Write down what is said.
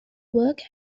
work